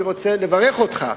אני רוצה לברך אותך,